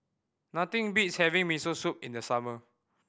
nothing beats having Miso Soup in the summer